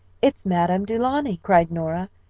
it's madame du launy, cried nora,